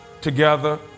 together